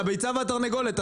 זאת הביצה והתרנגולת.